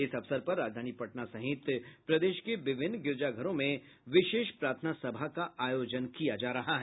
इस अवसर पर राजधानी पटना सहित प्रदेश के विभिन्न गिरजाघरों में विशेष प्रार्थना सभा का आयोजन किया जा रहा है